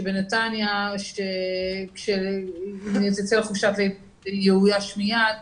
שבנתניה כשתצא לחופשת לידה זה יאויש מיד.